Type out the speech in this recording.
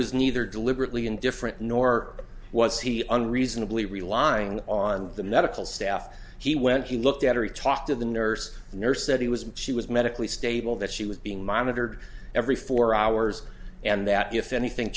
was neither deliberately indifferent nor was he on reasonably relying on the medical staff he went he looked at or he talked to the nurse the nurse said he was she was medically stable that she was being monitored every four hours and that if anything